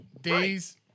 days